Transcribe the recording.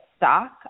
stock